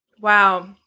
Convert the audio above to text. Wow